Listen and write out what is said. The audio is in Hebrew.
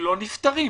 לא נפטרים.